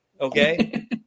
Okay